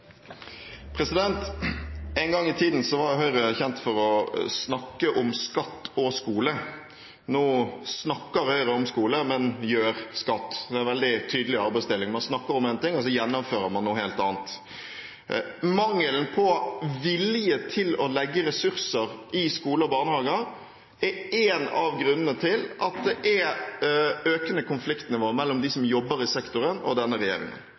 En gang i tiden var Høyre kjent for å snakke om skatt og skole. Nå snakker man om skole, men gjør skatt – det er en veldig tydelig arbeidsdeling: Man snakker om én ting, og så gjennomfører man noe helt annet. Mangelen på vilje til å legge ressurser i skoler og barnehager er en av grunnene til at det er økende konfliktnivå mellom dem som jobber i sektoren, og denne regjeringen.